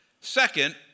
Second